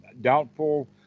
doubtful